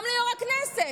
גם ליו"ר הכנסת.